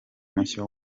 mushya